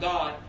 God